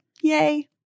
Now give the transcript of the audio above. yay